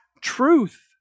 truth